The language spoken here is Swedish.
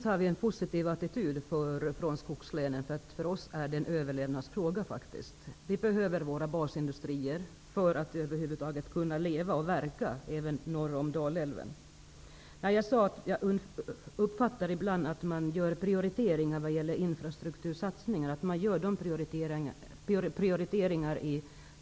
Herr talman! Visst har vi från skogslänen en positiv attityd. För oss är detta en överlevnadsfråga. Vi behöver våra basindustrier för att över huvud taget kunna leva och verka även norr om Dalälven. Jag sade att jag ibland uppfattar att prioriteringarna i fråga om infrastruktur görs i Mälardalen och södra Sverige.